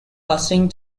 passing